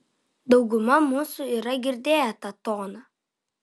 dauguma mūsų yra girdėję tą toną